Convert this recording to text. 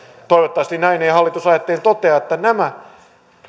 toivottavasti näin ei hallitus aio tehdä toteavat että nämä